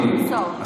עשור.